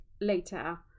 later